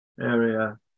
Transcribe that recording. area